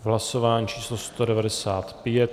Hlasování číslo 195.